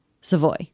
Savoy